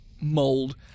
mold